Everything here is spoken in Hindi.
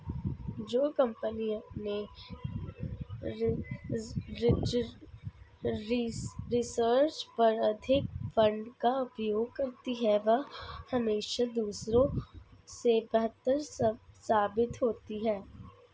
जो कंपनी अपने रिसर्च पर अधिक फंड का उपयोग करती है वह हमेशा दूसरों से बेहतर साबित होती है